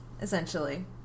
essentially